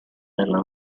nella